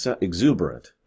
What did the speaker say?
exuberant